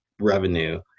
revenue